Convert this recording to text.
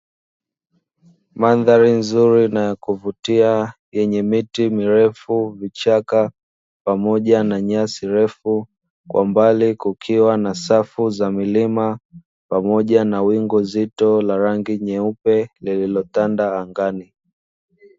Mandhari nzuri na ya kuvutia yenye miti mirefu, vichaka pamoja na nyasi ndefu, kwa mbali kukiwa na safu za milima, pamoja na wingu zito la rangi nyeupe lililotanda angani.